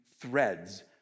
threads